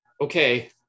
okay